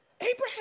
Abraham